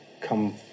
come